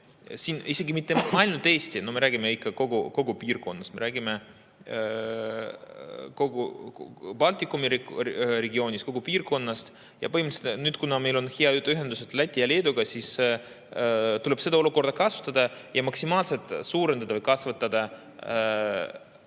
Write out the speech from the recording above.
siin isegi mitte ainult Eestit, me räägime ikka kogu piirkonnast, me räägime kogu Baltikumist, kogu piirkonnast. Põhimõtteliselt, kuna meil on nüüd head ühendused Läti ja Leeduga, tuleb seda olukorda kasutada ja maksimaalselt suurendada või kasvatada